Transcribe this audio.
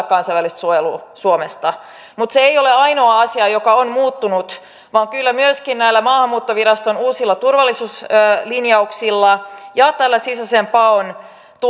kansainvälistä suojelua suomesta mutta se ei ole ainoa asia joka on muuttunut vaan kyllä myöskin näillä maahanmuuttoviraston uusilla turvallisuuslinjauksilla ja tällä sisäisen paon